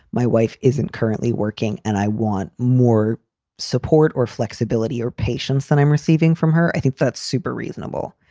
my wife isn't currently working and i want more support or flexibility or patients than i'm receiving from her. i think that's super reasonable.